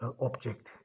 Object